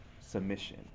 submission